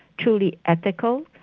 truly ethical.